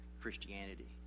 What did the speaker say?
Christianity